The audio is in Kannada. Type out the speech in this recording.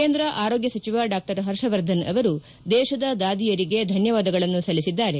ಕೇಂದ್ರ ಆರೋಗ್ಲ ಸಚಿವ ಡಾ ಹರ್ಷವರ್ಧನ್ ಅವರು ದೇಶದ ದಾದಿಯರಿಗೆ ಧನ್ಯವಾದಗಳನ್ನು ಸಲ್ಲಿಸಿದ್ದಾರೆ